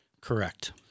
Correct